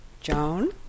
Joan